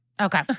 Okay